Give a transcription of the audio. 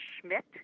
Schmidt